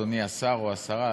אדוני השר או השרה,